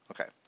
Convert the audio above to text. Okay